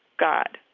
god.